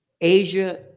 Asia